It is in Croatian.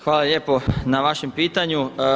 Hvala lijepo na vašem pitanju.